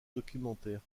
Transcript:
documentaires